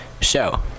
show